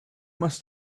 must